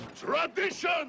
Tradition